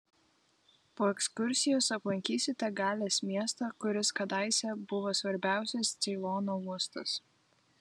po ekskursijos aplankysite galės miestą kuris kadaise buvo svarbiausias ceilono uostas